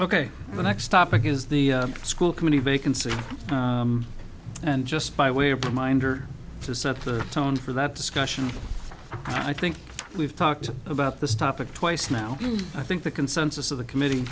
the next topic is the school committee very concerned and just by way of reminder to set the tone for that discussion i think we've talked about this topic twice now i think the consensus of the committee